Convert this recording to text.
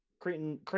Creighton